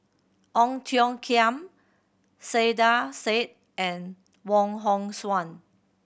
Ong Tiong Khiam Saiedah Said and Wong Hong Suen